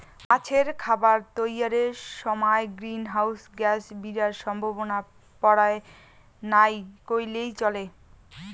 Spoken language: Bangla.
মাছের খাবার তৈয়ারের সমায় গ্রীন হাউস গ্যাস বিরার সম্ভাবনা পরায় নাই কইলেই চলে